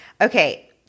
Okay